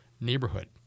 neighborhood